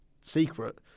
secret